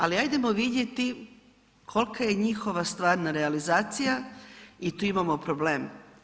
Ali, hajdemo vidjeti kolika je njihova stvarna realizacija i tu imamo problem.